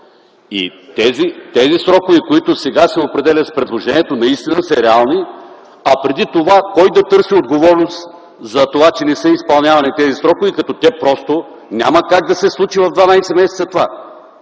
Тези срокове, които сега се определят с предложението, наистина са реални. А преди това – кой да търси отговорност за това, че не са изпълнявани тези срокове, като просто няма как да се случи в 12 месеца това?